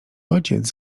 ojciec